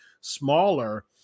smaller